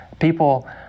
people